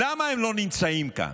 למה הם לא נמצאים כאן?